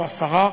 או השרה,